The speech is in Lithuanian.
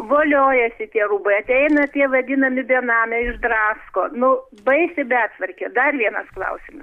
voliojasi tie rūbai ateina tie vadinami benamiai išdrasko nu baisi betvarkė dar vienas klausimas